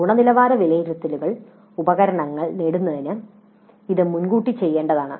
ഗുണനിലവാര വിലയിരുത്തൽ ഉപകരണങ്ങൾ നേടുന്നതിന് ഇത് മുൻകൂട്ടി ചെയ്യേണ്ടതാണ്